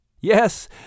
Yes